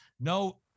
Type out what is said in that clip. No